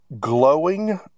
glowing